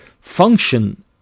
function